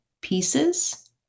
pieces